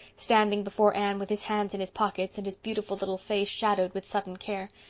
standing before anne with his hands in his pockets and his beautiful little face shadowed with sudden care,